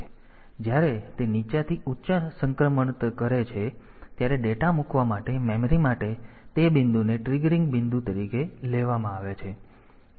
તેથી જ્યારે તે નીચાથી ઉચ્ચમાં સંક્રમણ કરે છે ત્યારે ડેટા મૂકવા માટે મેમરી માટે તે બિંદુને ટ્રિગરિંગ બિંદુ તરીકે લેવામાં આવે છે